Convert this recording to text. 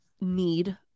need